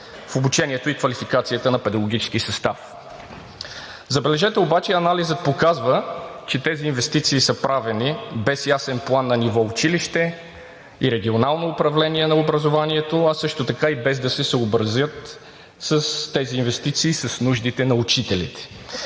в обучението и квалификацията на педагогическия състав. Забележете обаче, анализът показва, че тези инвестиции са правени без ясен план на ниво училище и регионално управление на образованието, а също така и без да се съобразят тези инвестиции с нуждите на учителите.